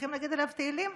צריכים להגיד עליו תהילים.